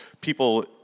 people